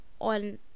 on